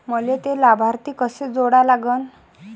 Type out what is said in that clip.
मले थे लाभार्थी कसे जोडा लागन?